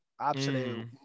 Absolute